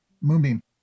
moonbeam